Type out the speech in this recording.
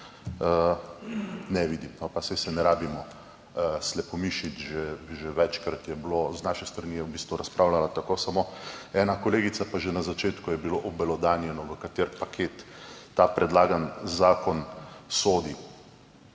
ne vidim. Pa saj se ne rabimo slepomišiti. Že večkrat je bilo, z naše strani je v bistvu razpravljala tako samo ena kolegica, pa že na začetku je bilo obelodanjeno, v kateri paket ta predlagani zakon sodi.